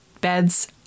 beds